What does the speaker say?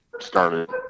started